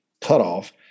cutoff